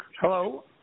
Hello